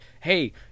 hey